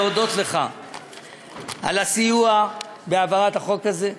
להודות לך על הסיוע בהעברת החוק הזה.